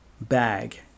bag